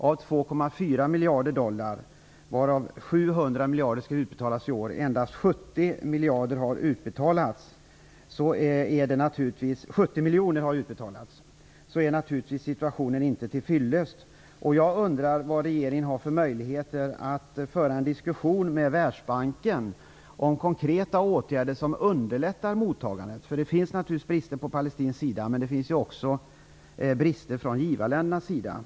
Av 2,4 miljarder dollar, varav 700 miljoner skall utbetalas i år, har endast 70 miljoner utbetalats. Detta är naturligtvis inte till fyllest. Jag undrar därför: Vilka möjligheter har regeringen att föra en diskussion med Världsbanken om konkreta åtgärder som underlättar mottagandet? Det finns naturligtvis brister på palestinsk sida, men det finns också brister i givarländerna.